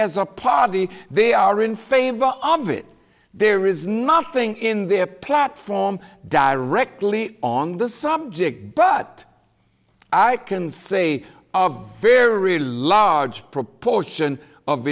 as a party they are in favor of it there is nothing in their platform directly on the subject but i can say of very large proportion of